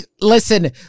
listen